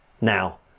Now